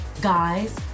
guys